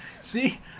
See